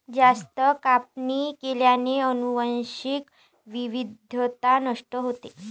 जास्त कापणी केल्याने अनुवांशिक विविधता नष्ट होते